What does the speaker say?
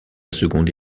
seconde